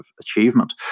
achievement